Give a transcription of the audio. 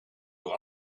door